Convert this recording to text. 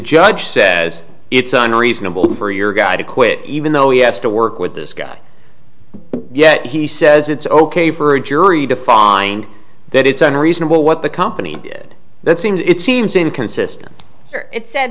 judge says it's unreasonable for your guy to quit even though you have to work with this guy yet he says it's ok for a jury to find that it's unreasonable what the company did that seems it seems inconsistent it said